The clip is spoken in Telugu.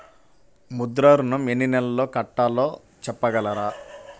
ముద్ర ఋణం ఎన్ని నెలల్లో కట్టలో చెప్పగలరా?